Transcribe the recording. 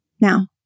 Now